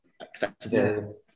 acceptable